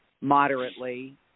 moderately